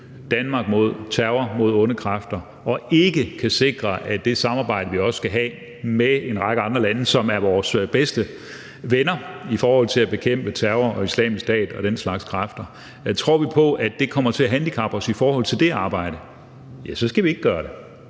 Danmark mod terror, mod onde kræfter, og ikke kan sikre det samarbejde, vi også skal have med en række andre lande, som er vores bedste venner, i forhold til at bekæmpe terror og Islamisk Stat og den slags kræfter? Tror vi på, at det kommer til at handicappe os i forhold til det arbejde, skal vi ikke gøre det.